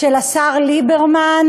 החדש של השר ליברמן,